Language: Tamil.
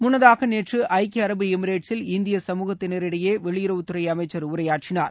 முன்னதாக நேற்று ஐக்கிய அரபு எமிரேட்ஸில் இந்திய சமூகத்தினரிடையே வெளியுறவுத்துறை அமைச்சர் உரையாற்றினார்